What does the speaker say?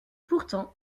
pourtant